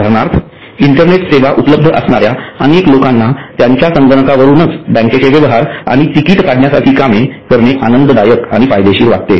उदाहरणार्थ इंटरनेट सेवा उपलब्ध असणाऱ्या अनेक लोकाना त्यांच्या संगणकावरूनच बँकेचे'व्यवहार आणि तिकीट काढण्यासारखी कामे करणे आनंददायक आणि फायदेशीर वाटते